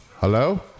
hello